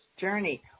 journey